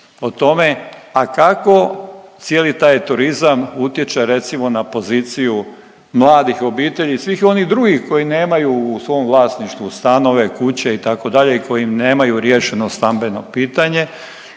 a kako cijeli taj turizam utječe recimo na poziciju mladih obitelji i svih onih drugih koji nemaju u svom vlasništvu stanove, kuće itd. i koji nemaju riješeno stambeno pitanje,